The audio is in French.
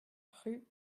rue